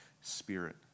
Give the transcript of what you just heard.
spirit